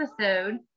episode